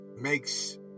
makes